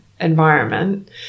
environment